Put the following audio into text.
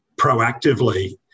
proactively